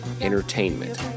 Entertainment